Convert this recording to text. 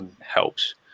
helps